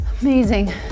Amazing